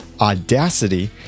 Audacity